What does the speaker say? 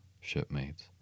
shipmates